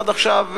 עד עכשיו,